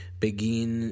begin